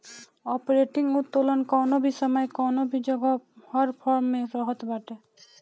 operating उत्तोलन कवनो भी समय कवनो भी जगह हर फर्म में रहत बाटे